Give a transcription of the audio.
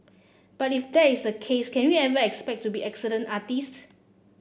but if that is the case can we ever expect to be excellent artists